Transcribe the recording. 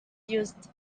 used